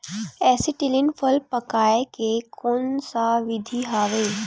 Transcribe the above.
Acetylene फल पकाय के कोन सा विधि आवे?